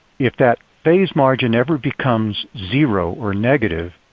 if that phase margin ever becomes zero or negative,